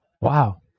Wow